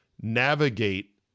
navigate